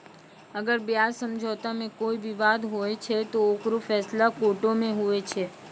अगर ब्याज समझौता मे कोई बिबाद होय छै ते ओकरो फैसला कोटो मे हुवै छै